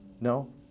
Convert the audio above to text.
no